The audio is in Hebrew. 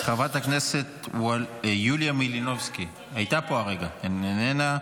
חברת הכנסת יוליה מלינובסקי, איננה,